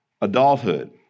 adulthood